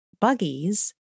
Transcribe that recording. buggies